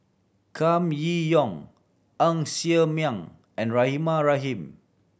Kam Yi Yong Ng Ser Miang and Rahimah Rahim